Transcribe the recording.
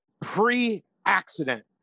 pre-accident